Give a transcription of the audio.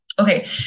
Okay